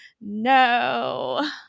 no